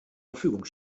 verfügung